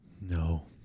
No